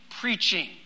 preaching